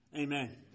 Amen